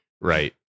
right